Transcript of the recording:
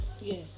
yes